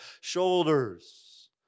shoulders